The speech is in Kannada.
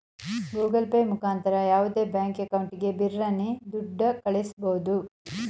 ಗೂಗಲ್ ಪೇ ಮುಖಾಂತರ ಯಾವುದೇ ಬ್ಯಾಂಕ್ ಅಕೌಂಟಿಗೆ ಬಿರರ್ನೆ ದುಡ್ಡ ಕಳ್ಳಿಸ್ಬೋದು